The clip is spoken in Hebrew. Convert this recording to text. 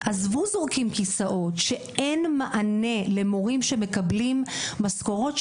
עזבו זורקים כיסאות שאין מענה למורים שמקבלים משכורות,